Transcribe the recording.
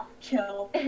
Kill